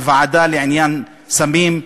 בוועדה לעניין סמים,